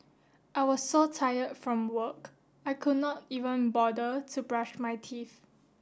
I was so tired from work I could not even bother to brush my teeth